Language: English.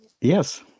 Yes